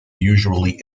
usually